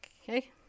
Okay